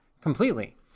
completely